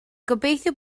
gobeithio